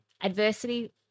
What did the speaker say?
adversity